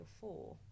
four